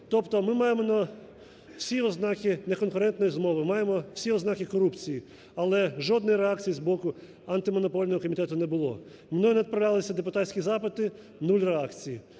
Тобто ми маємо всі ознаки неконкурентної змови, маємо всі ознаки корупції, але жодної реакції з боку Антимонопольного комітету не було. Мною направлялися депутатські запити – нуль реакції.